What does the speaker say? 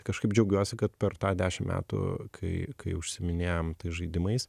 kažkaip džiaugiuosi kad per tą dešim metų kai kai užsiiminėjam tais žaidimais